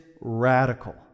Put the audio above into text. radical